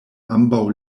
ambaŭ